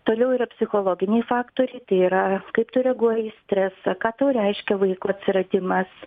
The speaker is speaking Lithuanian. toliau yra psichologiniai faktoriai tai yra kaip tu reaguoji į stresą ką tau reiškia vaiko atsiradimas